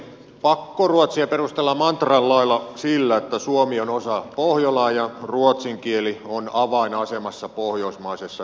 pakkoruotsia perustellaan mantran lailla sillä että suomi on osa pohjolaa ja ruotsin kieli on avainasemassa pohjoismaisessa yhteistyössä